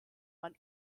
man